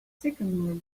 sycamore